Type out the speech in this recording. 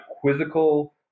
quizzical